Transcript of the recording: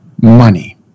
money